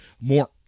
more